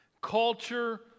culture